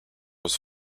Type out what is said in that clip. was